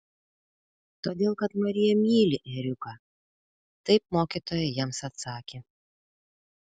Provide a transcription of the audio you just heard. todėl kad marija myli ėriuką taip mokytoja jiems atsakė